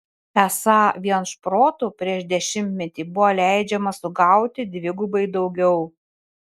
esą vien šprotų prieš dešimtmetį buvo leidžiama sugauti dvigubai daugiau